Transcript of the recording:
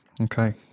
Okay